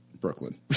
Brooklyn